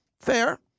Fair